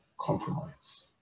compromise